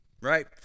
right